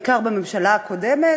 בעיקר בממשלה הקודמת,